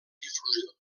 difusió